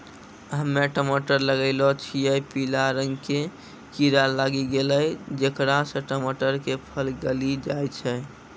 हम्मे टमाटर लगैलो छियै पीला रंग के कीड़ा लागी गैलै जेकरा से टमाटर के फल गली जाय छै?